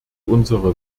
unsere